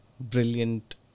Brilliant